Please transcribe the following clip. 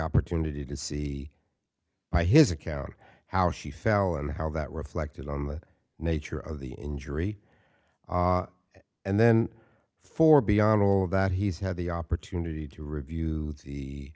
opportunity to see by his account how she fell and how that reflected on the nature of the injury and then for beyond all of that he's had the opportunity to review the